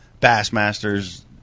Bassmasters